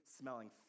smelling